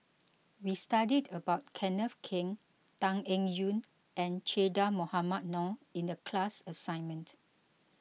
we studied about Kenneth Keng Tan Eng Yoon and Che Dah Mohamed Noor in the class assignment